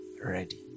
ready